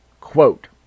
quote